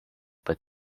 but